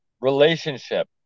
Relationship